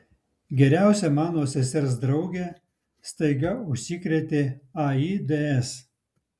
geriausia mano sesers draugė staiga užsikrėtė aids